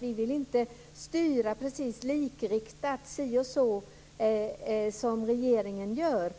vi vill inte styra så att det blir likriktat si eller så på det sätt som regeringen gör.